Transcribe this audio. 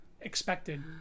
expected